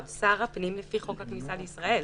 שר הפנים לפי חוק הכניסה לישראל".